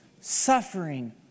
Suffering